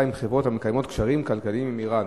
עם חברות המקיימות קשרים כלכליים עם אירן,